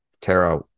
Tara